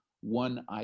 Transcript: one